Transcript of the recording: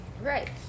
Right